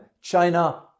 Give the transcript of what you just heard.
China